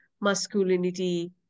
masculinity